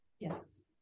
Yes